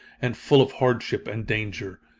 and full of hardship and danger.